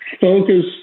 focus